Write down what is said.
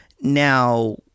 Now